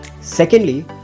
Secondly